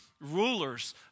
rulers